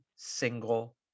single